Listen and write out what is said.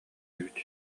эбит